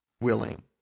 willing